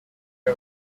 her